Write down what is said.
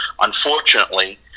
unfortunately